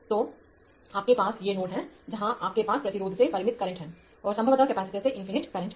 तोआपके पास ये नोड हैं जहां आपके पास प्रतिरोधों से परिमित करंट हैं और संभवतः कैपेसिटर से इनफिनिट करंट हैं